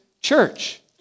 church